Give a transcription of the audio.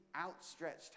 outstretched